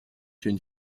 une